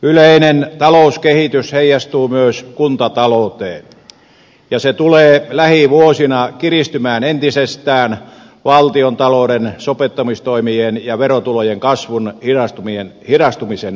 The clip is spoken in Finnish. yleinen talouskehitys heijastuu myös kuntatalouteen ja se tulee lähivuosina kiristymään entisestään valtiontalouden sopeuttamistoimien ja verotulojen kasvun hidastumisen vuoksi